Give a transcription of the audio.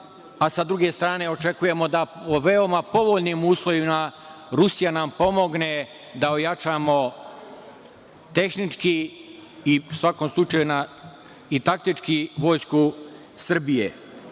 a sa druge strane očekujemo da po veoma povoljnim uslovima Rusija nam pomogne da ojačamo tehnički i taktički Vojsku Srbije. Mi